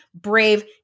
brave